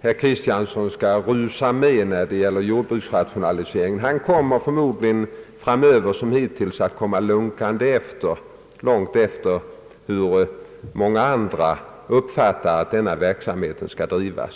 herr Axel Kristiansson skulle »rusa med» när det gäller jordbrukets rationalisering. Han kommer förmodligen framöver såsom hittills att komma lunkande långt efter andra i uppfattningarna om hur denna verksamhet bör bedrivas.